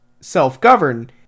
self-govern